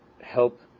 help